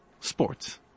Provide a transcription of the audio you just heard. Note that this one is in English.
sports